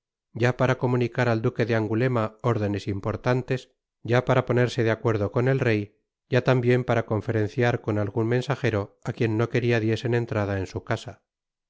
ya para comunicar al duque de angulema órdenes importantes ya para ponerse de acuerdo con el rey ya tambien para conferenciar con algun mensajero á quien no queria diesen entrada en su casa